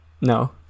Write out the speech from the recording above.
No